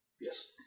Yes